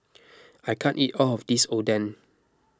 I can't eat all of this Oden